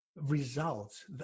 results